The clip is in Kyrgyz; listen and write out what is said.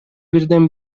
бирден